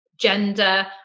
gender